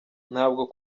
ntabwo